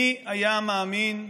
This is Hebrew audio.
מי היה מאמין,